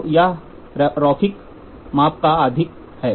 तो यह रैखिक माप का अधिक है